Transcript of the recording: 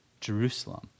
Jerusalem